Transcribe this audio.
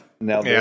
now